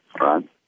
right